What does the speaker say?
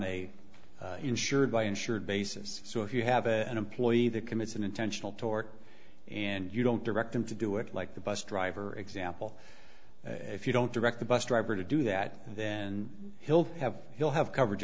on a insured by insured basis so if you have an employee that commits an intentional tort and you don't direct them to do it like the bus driver example if you don't direct the bus driver to do that then he'll have he'll have coverage